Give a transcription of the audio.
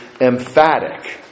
emphatic